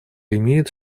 имеет